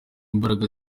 imbaraga